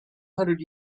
hundred